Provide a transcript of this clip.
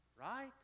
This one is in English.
Right